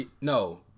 no